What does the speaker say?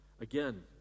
again